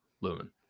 Lumen